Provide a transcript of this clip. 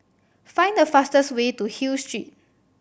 find the fastest way to Hill Street